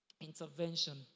intervention